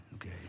Okay